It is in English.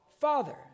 father